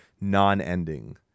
non-ending